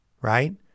Right